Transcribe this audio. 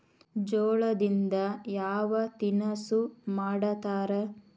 ಜೋಳದಿಂದ ಯಾವ ತಿನಸು ಮಾಡತಾರ?